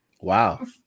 Wow